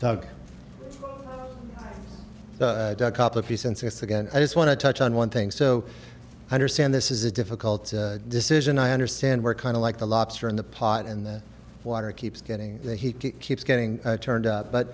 insists again i just want to touch on one thing so i understand this is a difficult decision i understand we're kind of like the lobster in the pot and the water keeps getting that he keeps getting turned up but